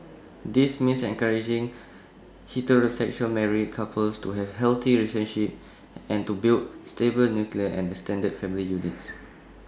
this means encouraging heterosexual married couples to have healthy relationships and to build stable nuclear and extended family units